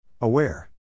Aware